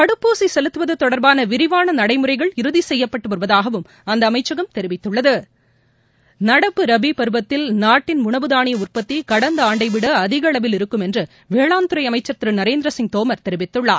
தடுப்பூசி செலுத்துவது தொடர்பான விரிவான நடைமுறைகள் இறுதி செய்யப்பட்டு வருவதாகவும் அந்த அமைச்சகம் தெரிவித்துள்ளது நடப்பு ராபி பருவத்தில் நாட்டின் உணவு தானிய உற்பத்தி கடந்த ஆண்டை விட அதிக அளவில் இருக்கும் என்று வேளாண்துறை அமைச்சர் திரு நரேந்திர சிங் தோமர் தெரிவித்துள்ளார்